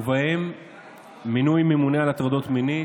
ובהם מינוי ממונה על הטרדות מיניות,